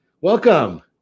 Welcome